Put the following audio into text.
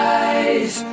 eyes